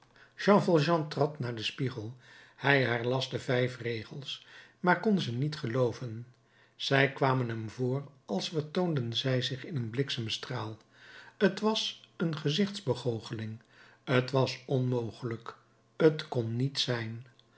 jean valjean trad naar den spiegel hij herlas de vijf regels maar kon ze niet gelooven zij kwamen hem voor als vertoonden zij zich in een bliksemstraal t was een gezichtsbegoocheling t was onmogelijk t kon niet zijn